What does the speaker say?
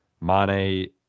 Mane